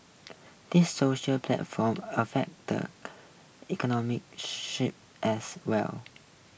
these social platform affect the economic sphere as well